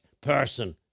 person